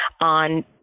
on